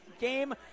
game